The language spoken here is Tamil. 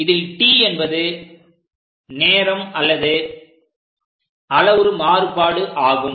இதில் t என்பது நேரம் அல்லது அளவுரு மாறுபாடு ஆகும்